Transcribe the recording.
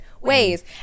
ways